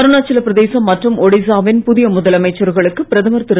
அருணாச்சல பிரதேசம் மற்றும் புதிய முதலமைச்சர்களுக்கு பிரதமர் திரு